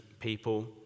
people